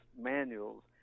manuals